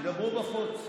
שידברו בחוץ.